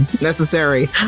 Necessary